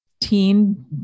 teen